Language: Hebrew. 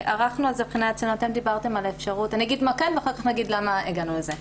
אני אגיד מה כן ואחר כך נגיד למה הגענו לזה.